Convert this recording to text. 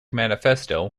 manifesto